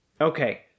Okay